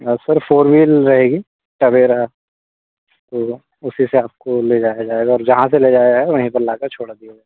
sir four wheel रहेगी Tavera तो उसी से आपको ले जाया जाएगा और जहाँ से ले जाएगा वहीं पर लाकर छोड़ दिया जाएगा